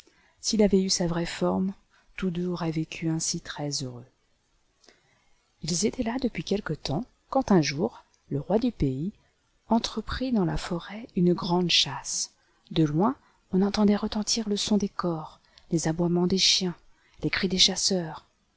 s'il avait eu sa vraie forme tous deux auraient vécu ainsi très-heureux i ils étaient là depuis quelque temps quand un jour le roi du pays entreprit dans la forêt une grande chasse de loin on entendait retentir le son des cors les aboiements des chiens les cris des chasseurs